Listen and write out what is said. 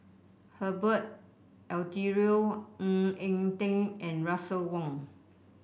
Herbert Eleuterio Ng Eng Teng and Russel Wong